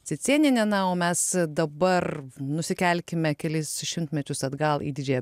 cicėnienė na o mes dabar nusikelkime kelis šimtmečius atgal į didžiąją